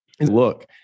look